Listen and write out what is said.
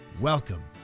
Welcome